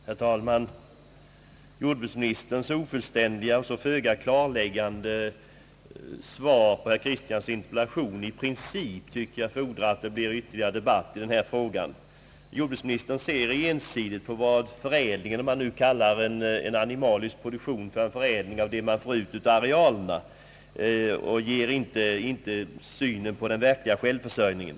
Herr talman! Jordbruksministerns ofullständiga och i princip så föga klarläggande svar på herr Kristianssons interpellation tycker jag fordrar att det blir ytterligare debatt i denna fråga. Jordbruksministern ser ensidigt på förädlingen av jordbruksprodukterna — om man nu skall tala om förädling när det gäller vad man vid en animalisk produktion kan få ut av arealerna — men ger inte sin syn på den egentliga självförsörjningen.